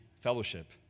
fellowship